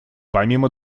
помимо